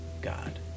god